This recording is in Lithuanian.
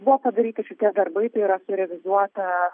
buvo padaryti šitie darbai tai yra surealizuota